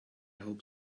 hope